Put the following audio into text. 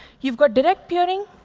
you've got direct peering,